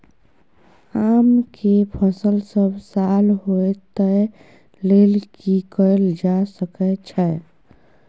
आम के फसल सब साल होय तै लेल की कैल जा सकै छै?